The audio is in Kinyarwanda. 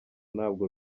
ntabwo